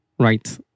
Right